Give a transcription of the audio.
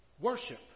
Worship